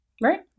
right